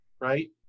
right